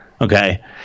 Okay